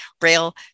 rail